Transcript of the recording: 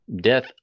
death